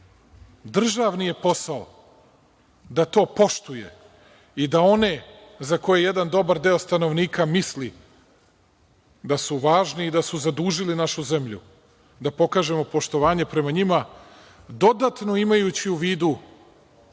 državni posao da to poštuje i da one za koje jedan dobar deo stanovnika misli da su važni i da su zadužili našu zemlju da pokažemo poštovanje prema njima dodatno imajući u vidu